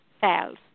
cells